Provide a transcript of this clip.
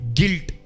guilt